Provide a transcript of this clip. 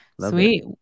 Sweet